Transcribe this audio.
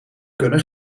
kunnen